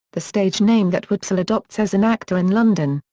the stage name that wopsle adopts as an actor in london.